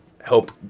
help